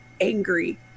angry